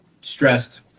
stressed